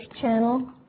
channel